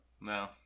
No